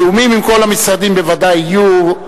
תיאומים עם כל המשרדים ודאי יהיו,